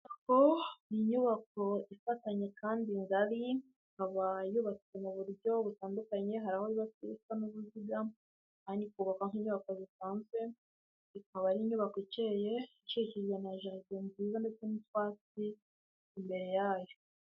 Inyubako, ni inyubako ifatanye kandi ngari, ikaba yubatswe mu buryo butandukanye, hari aho yubatswe nk'uruziga, ahandi ikubakwa nk'inyubako zisanzwe, ikaba ari inyubako ikeye ikikijwe na jaride nziza ndetse n'utwatsi imbere yayo.